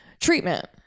treatment